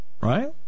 right